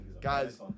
Guys